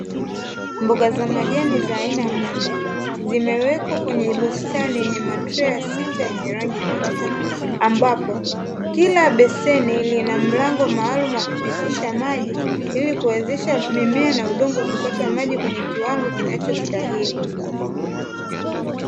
Mboga za majani za aina moja zimewekwa kwenye mabeseni sita yenye rangi nyeusi, ambapo kila beseni mpango maalumu wa kupitisha maji ili kuwezesha mimea namaji kipata maji kwenye kiwango kinachostahili.